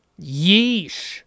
yeesh